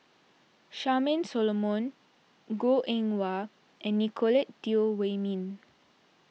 Charmaine Solomon Goh Eng Wah and Nicolette Teo Wei Min